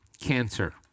cancer